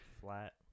flat